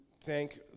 thank